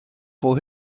for